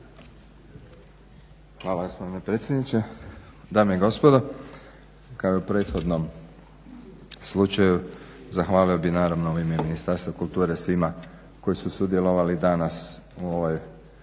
Hvala gospodine predsjedniče, dame i gospodo. Kao i u prethodnom slučaju zahvalio bih naravno u ime Ministarstva kulture svima koji su sudjelovali danas u ovoj